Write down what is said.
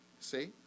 see